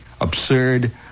absurd